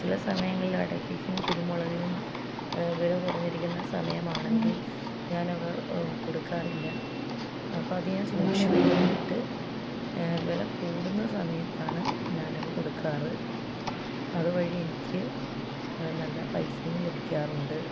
ചില സമയങ്ങളിൽ അടക്കയ്ക്കും കുരുമുളകിനും വില കുറഞ്ഞിരിക്കുന്ന സമയമാണെങ്കിൽ ഞാനവ കൊടുക്കാറില്ല അപ്പം അത് ഞാൻ സൂക്ഷിച്ചു വെയ്ക്കും എന്നിട്ട് വില കൂടുന്ന സമയത്താണ് ഞാനവ കൊടുക്കാറ് അതുവഴി എനിക്ക് നല്ല പൈസയും ലഭിക്കാറുണ്ട്